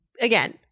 again